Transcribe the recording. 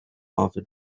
after